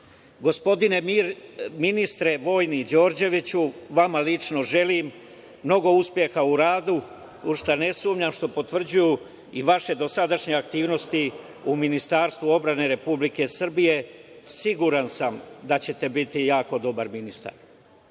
vrste. Gospodine ministre vojni Đorđeviću, vama lično želim mnogo uspeha u radu, u šta ne sumnjam, što potvrđuju i vaše dosadašnje aktivnosti u Ministarstvu odbrane Republike Srbije. Siguran sam da ćete biti jako dobar ministar. Poštovani